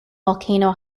volcano